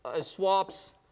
swaps